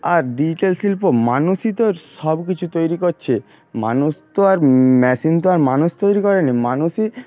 আর digital শিল্প মানুষই তো সবকিছু তৈরি করছে মানুষ তো আর মেশিন তো আর মানুষ তৈরি করেনি মানুষই